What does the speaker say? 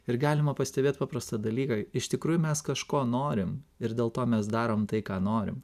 ir galima pastebėt paprastą dalyką iš tikrųjų mes kažko norim ir dėl to mes darom tai ką norim